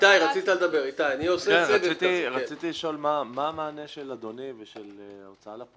לבחור לשלם לעורך הדין איזה שכר שהיא רוצה.